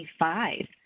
25